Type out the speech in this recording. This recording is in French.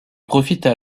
profitent